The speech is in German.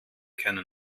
kennen